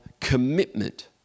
commitment